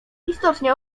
istotnie